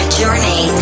journey